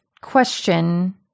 question